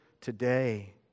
today